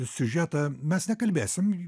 siužetą mes nekalbėsim